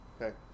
okay